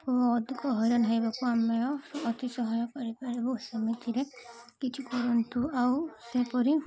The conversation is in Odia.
ଅଧିକ ହଇରାଣ ହେବାକୁ ଆମେ ଅତି କରିପାରିବୁ ସେମିତିରେ କିଛି କରନ୍ତୁ ଆଉ ସେପରି